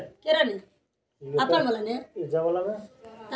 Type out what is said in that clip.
पैसा electronic transfer करय लेल कतेक टका लेबही